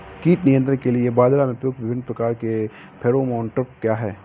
कीट नियंत्रण के लिए बाजरा में प्रयुक्त विभिन्न प्रकार के फेरोमोन ट्रैप क्या है?